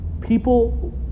people